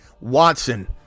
Watson